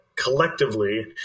Collectively